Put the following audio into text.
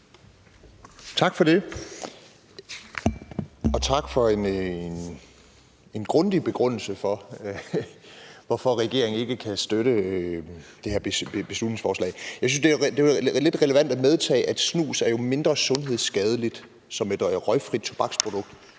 Tak for det. Og tak for en grundig begrundelse for, hvorfor regeringen ikke kan støtte det her beslutningsforslag. Jeg synes, det er lidt relevant at tage med i betragtning, at snus jo er noget mindre sundhedsskadeligt som et røgfrit tobaksprodukt